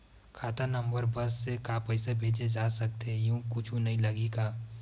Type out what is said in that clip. खाता नंबर बस से का पईसा भेजे जा सकथे एयू कुछ नई लगही का?